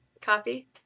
copy